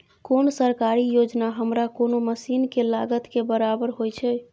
कोन सरकारी योजना हमरा कोनो मसीन के लागत के बराबर होय छै?